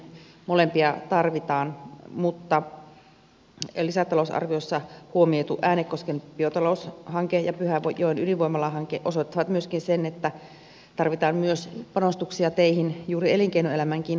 molempia tarvitaan mutta lisätalousarviossa huomioitu äänekosken biotaloushanke ja pyhäjoen ydinvoimalahanke osoittavat myöskin sen että tarvitaan myös panostuksia teihin juuri elinkeinoelämänkin kannalta